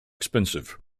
expensive